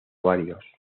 varios